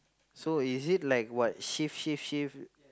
so is it like shift shift shift